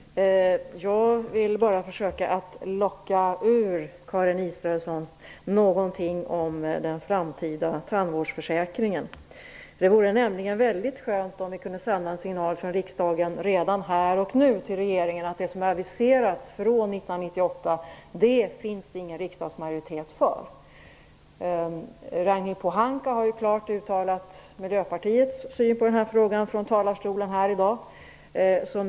Herr talman! Jag vill bara försöka locka ur Karin Israelsson någonting om den framtida tandvårdsförsäkringen. Det vore nämligen väldigt skönt om vi kunde sända en signal från riksdagen till regeringen redan här och nu om att det inte finns någon riksdagsmajoritet för det förslag som aviserats från 1998. Ragnhild Pohanka har i dag från talarstolen klart uttalat Miljöpartiets syn på denna fråga.